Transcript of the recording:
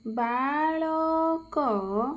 ବାଳକ